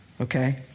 Okay